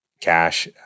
cash